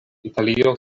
italio